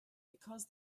because